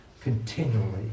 continually